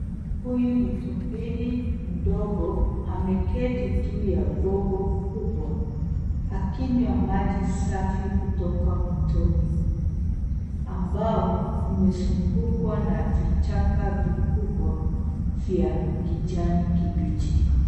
Huyu ni tumbili mdogo ameketi juu ya gogo kubwa akinywa maji safi kutoka mtoni ambao umezungukwa na vichaka vikubwa vya kijani kibichi.